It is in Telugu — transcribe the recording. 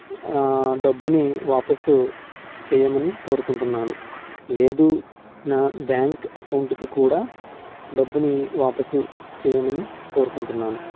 డబ్బుని వాపసు చేయమని కోరుకుంటున్నాను లేదు నా బ్యాంక్ అకౌంట్కి కూడా డబ్బుని వాపసు చేయమని కోరుకుంటున్నాను